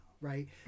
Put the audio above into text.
right